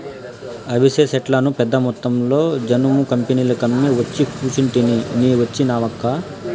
అవిసె సెట్లను పెద్దమొత్తంలో జనుము కంపెనీలకమ్మి ఒచ్చి కూసుంటిని నీ వచ్చినావక్కా